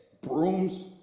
brooms